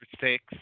six